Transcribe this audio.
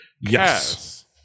Yes